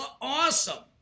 awesome